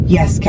Yes